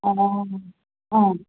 ꯑꯣ ꯑꯣ ꯑꯥ